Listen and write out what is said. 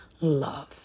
love